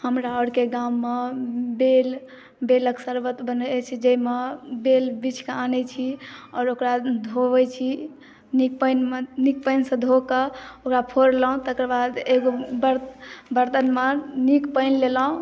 हमरा आर के गाम मे बेलक सरबत बनै अछि जाहिमे बेल बिछ कऽ आनै छी आओर ओकरा धोबै छी नीक पानि मे नीक पानि सँ धो कऽ ओकरा फोरलहुॅं तकरबाद एगो बरतन मे नीक पानि लेलहुॅं